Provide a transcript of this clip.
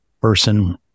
person